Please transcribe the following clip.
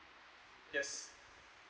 yes